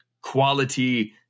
quality